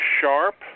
sharp